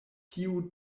tiu